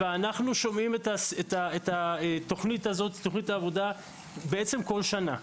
ואנחנו שומעים את תוכנית העבודה הזאת בעצם כל שנה.